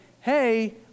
hey